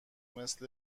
مثل